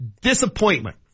disappointment